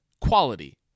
quality